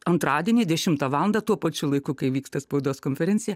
antradienį dešimtą valandą tuo pačiu laiku kai vyksta spaudos konferencija